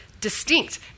distinct